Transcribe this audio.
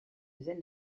zen